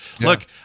look